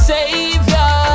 Savior